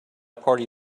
party